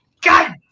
God